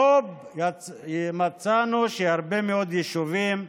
עוד מצאנו שהרבה מאוד יישובים,